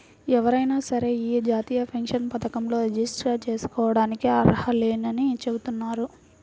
ఎవరైనా సరే యీ జాతీయ పెన్షన్ పథకంలో రిజిస్టర్ జేసుకోడానికి అర్హులేనని చెబుతున్నారు